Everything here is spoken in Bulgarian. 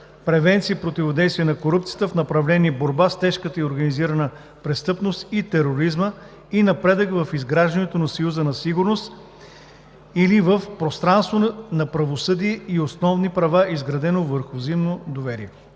„Превенция и противодействие на корупцията“ в направлението „Борба с тежката и организираната престъпност и тероризма, и напредък в изграждането на Съюза на сигурност“ или в „Пространство на правосъдие и основни права, изградено върху взаимно доверие“.“